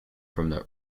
from